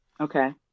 Okay